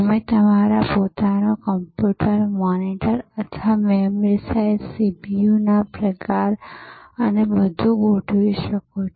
તમે તમારું પોતાનું કોમ્પ્યુટર મોનિટર અથવા મેમરી સાઈઝ CPU ના પ્રકાર અને બધું ગોઠવી શકો છો